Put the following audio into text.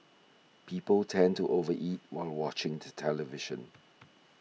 people tend to over eat while watching the television